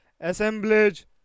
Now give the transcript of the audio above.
assemblage